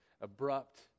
abrupt